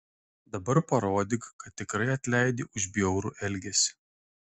dabar parodyk kad tikrai atleidi už bjaurų elgesį